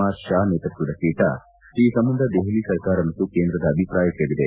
R Shah ನೇತೃತ್ವದ ಪೀಠ ಈ ಸಂಬಂಧ ದೆಹಲಿ ಸರ್ಕಾರ ಮತ್ತು ಕೇಂದ್ರದ ಅಭಿಪ್ರಾಯ ಕೇಳಿದೆ